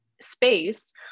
space